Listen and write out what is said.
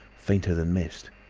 fainter than mist.